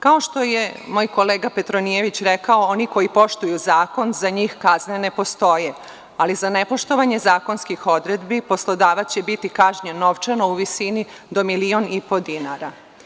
Kao što je moj kolega Petronijević rekao, oni koji poštuju zakon, za njih kazne ne postoje, ali za nepoštovanje zakonskih odredbi, poslodavac će biti kažnjen novčano u visini do milion i po dinara.